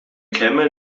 camel